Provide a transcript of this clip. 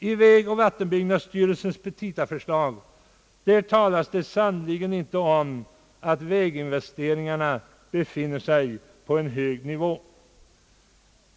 I vägoch vattenbyggnadsstyrelsens petitaförslag talas det sannerligen inte om att väginvesteringarna befinner sig på en hög nivå.